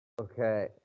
Okay